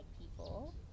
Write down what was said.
people